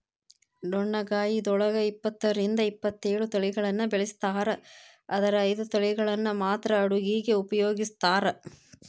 ಡೊಣ್ಣಗಾಯಿದೊಳಗ ಇಪ್ಪತ್ತರಿಂದ ಇಪ್ಪತ್ತೇಳು ತಳಿಗಳನ್ನ ಬೆಳಿಸ್ತಾರ ಆದರ ಐದು ತಳಿಗಳನ್ನ ಮಾತ್ರ ಅಡುಗಿಗ ಉಪಯೋಗಿಸ್ತ್ರಾರ